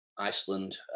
Iceland